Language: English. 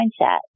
mindset